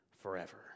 forever